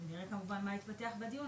נראה כמובן מה יתפתח בדיון,